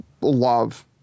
love